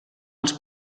els